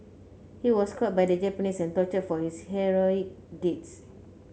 he was caught by the Japanese and tortured for his heroic deeds